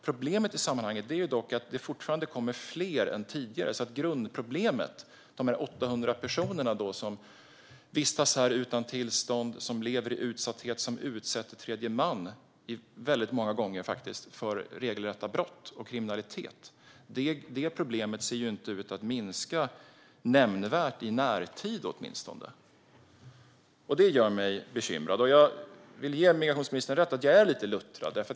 Problemet i sammanhanget är dock att det fortfarande kommer fler än tidigare. Grundproblemet - de 800 personerna som vistas här utan tillstånd, som lever i utsatthet och som väldigt många gånger utsätter tredje man för regelrätta brott och kriminalitet - ser inte ut att minska nämnvärt, åtminstone inte i närtid, och det gör mig bekymrad. Jag vill ge migrationsministern rätt i att jag är lite luttrad.